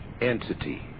entity